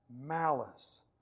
malice